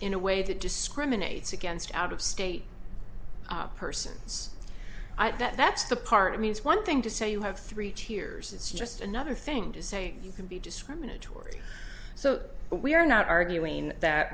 in a way that discriminates against out of state persons that's the part i mean it's one thing to say you have three tiers it's just another thing to say you can be discriminatory so we are not arguing that